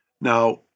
Now